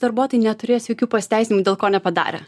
darbuotojai neturės jokių pasiteisinimų dėl ko nepadarė